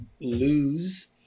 lose